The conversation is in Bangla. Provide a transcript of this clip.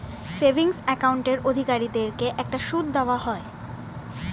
সেভিংস অ্যাকাউন্টের অধিকারীদেরকে একটা সুদ দেওয়া হয়